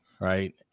right